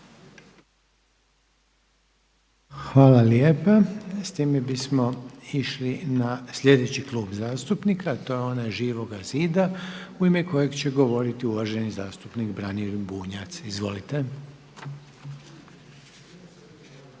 Hvala lijepa. S time bismo išli na sljedeći klub zastupnika a to je onaj Živoga zida u ime kojeg će govoriti uvaženi zastupnik Branimir Bunjac. Izvolite.